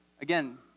again